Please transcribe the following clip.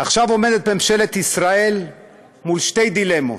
עכשיו עומדת ממשלת ישראל מול שתי דילמות.